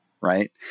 Right